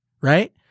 right